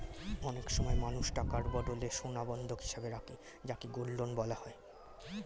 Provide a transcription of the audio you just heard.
অনেক সময় মানুষ টাকার বদলে সোনা বন্ধক হিসেবে রাখে যাকে গোল্ড লোন বলা হয়